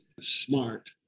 smart